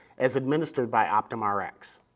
as administered by optumrx.